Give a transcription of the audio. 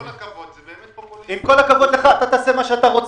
תמונת המצב היא כזו: תמונת המצב היא שהולכים